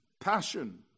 passion